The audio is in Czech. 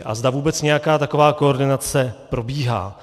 A zda vůbec nějaká taková koordinace probíhá.